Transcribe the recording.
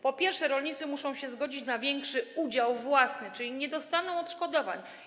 Po pierwsze, rolnicy muszą się zgodzić na większy udział własny, czyli nie dostaną odszkodowań.